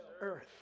earth